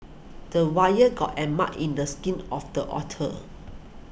the wire got in mad in the skin of the otter